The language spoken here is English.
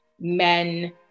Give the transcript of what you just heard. men